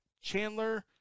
Chandler